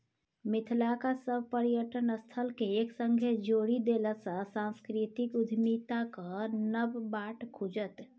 मिथिलाक सभ पर्यटन स्थलकेँ एक संगे जोड़ि देलासँ सांस्कृतिक उद्यमिताक नब बाट खुजत